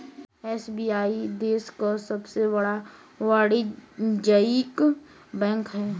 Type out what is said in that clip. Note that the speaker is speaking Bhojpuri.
एस.बी.आई देश क सबसे बड़ा वाणिज्यिक बैंक हौ